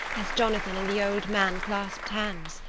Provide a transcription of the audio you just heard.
as jonathan and the old man clasped hands.